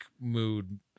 mood